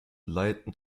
leiten